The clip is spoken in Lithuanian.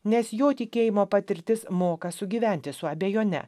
nes jo tikėjimo patirtis moka sugyventi su abejone